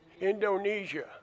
Indonesia